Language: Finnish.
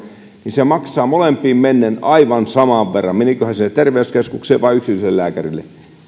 se maksaa molempiin mennen aivan saman verran menipä hän sinne terveyskeskukseen tai yksityiselle lääkärille